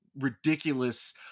ridiculous